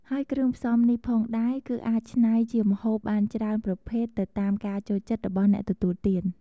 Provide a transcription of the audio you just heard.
ហើយគ្រឿងផ្សំនេះផងដែរគឺអាចឆ្នៃជាម្ហូបបានច្រើនប្រភេទទៅតាមការចូលចិត្តរបស់អ្នកទទួលទាន។